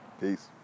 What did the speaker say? Peace